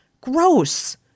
gross